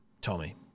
Tommy